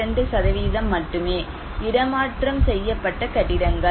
22 மட்டுமே இடமாற்றம் செய்யப்பட்ட கட்டிடங்கள்